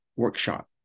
Workshop